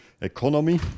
economy